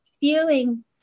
feeling